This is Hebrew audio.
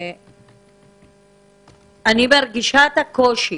אני מרגישה את הקושי.